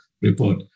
report